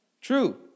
True